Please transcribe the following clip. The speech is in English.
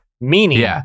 Meaning